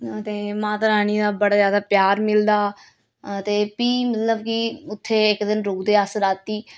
ते माता रानी दा बड़ा ज्यादा प्यार मिलदा फ्ही मतलब कि उत्थें इक दिन रुकदे अस राती